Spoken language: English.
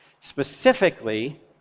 specifically